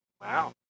Wow